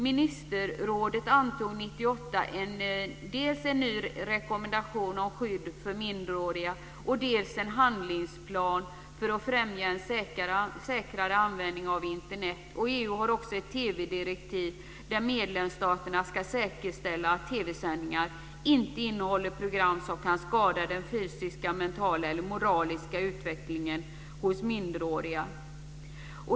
Ministerrådet antog 1998 dels en ny rekommendation om skydd av minderåriga, dels en handlingsplan för att främja en säkrare användning av Internet. EU har också ett TV-direktiv där medlemsstaterna ska säkerställa att TV-sändningar inte innehåller program som kan skada den fysiska, mentala eller moraliska utvecklingen hos minderåriga.